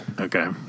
okay